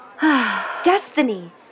Destiny